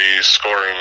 scoring